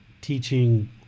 teaching